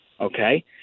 okay